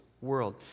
world